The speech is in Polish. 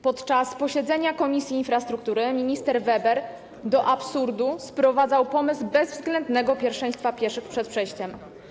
Podczas posiedzenia Komisji Infrastruktury minister Weber do absurdu sprowadzał pomysł bezwzględnego pierwszeństwa pieszych przed przejściem.